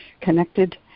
connected